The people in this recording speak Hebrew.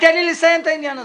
לסיים את העניין הזה.